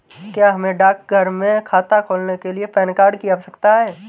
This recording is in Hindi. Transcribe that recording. क्या हमें डाकघर में खाता खोलने के लिए पैन कार्ड की आवश्यकता है?